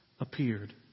appeared